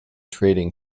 trading